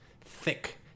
thick